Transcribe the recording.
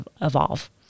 evolve